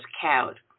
cowed